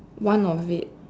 one of it